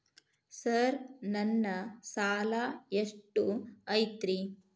Sir ನನ್ನ ಸಾಲಾ ಎಷ್ಟು ಐತ್ರಿ?